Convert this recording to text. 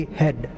head